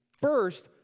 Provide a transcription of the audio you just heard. First